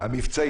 והישנה,